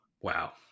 wow